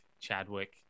chadwick